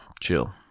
chill